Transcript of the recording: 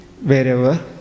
wherever